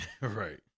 Right